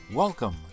Welcome